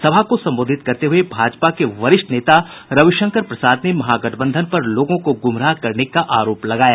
सभा को संबोधित करते हुए भाजपा के वरिष्ठ नेता रविशंकर प्रसाद ने महागठबंधन पर लोगों को गुमराह करने का आरोप लगाया